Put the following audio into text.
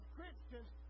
Christians